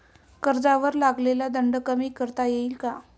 कर्जावर लागलेला दंड कमी करता येईल का?